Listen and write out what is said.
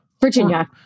Virginia